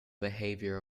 behavior